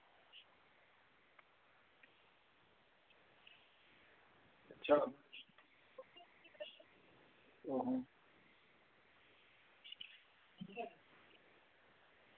अच्छा आहो